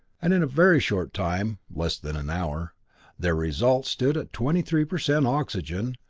and in a very short time less than an hour their results stood at twenty three per cent oxygen,